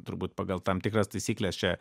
turbūt pagal tam tikras taisykles čia